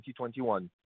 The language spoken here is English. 2021